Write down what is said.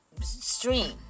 stream